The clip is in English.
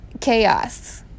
chaos